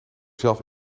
zelf